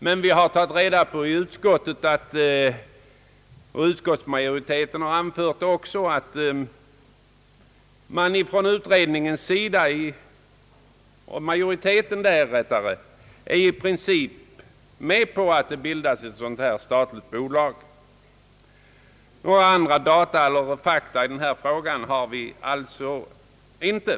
Men vi har tagit reda på i utskottet — utskottsmajoriteten har också anfört det — att majoriteten i utredningen i princip är med på att ett dylikt statligt bolag etableras. Några andra fakta i denna fråga har vi inte.